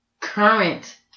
current